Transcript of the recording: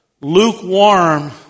lukewarm